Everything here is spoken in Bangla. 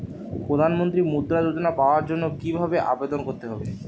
প্রধান মন্ত্রী মুদ্রা যোজনা পাওয়ার জন্য কিভাবে আবেদন করতে হবে?